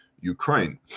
Ukraine